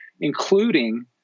including